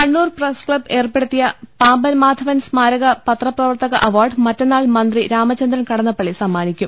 Kannur press club ഏർപ്പെടുത്തിയ പാമ്പൻ മാധവൻ സമാരക പത്രപ്രവർത്തക അവാർഡ് മറ്റന്നാൾ മന്ത്രി രാമചന്ദ്രൻ കടന്നപ്പള്ളി സമ്മാനിക്കും